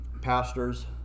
pastors